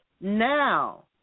Now